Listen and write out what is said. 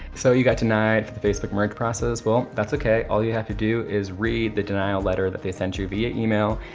so you got denied the facebook merge process, well, that's okay, all you have to do is read the denial letter that they sent you via email.